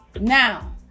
now